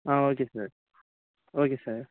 ah okay sir okay sir